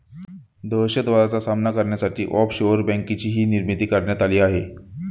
दहशतवादाचा सामना करण्यासाठी ऑफशोअर बँकेचीही निर्मिती करण्यात आली आहे